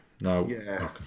No